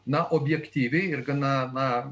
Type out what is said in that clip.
na objektyviai ir gana na